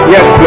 Yes